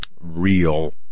real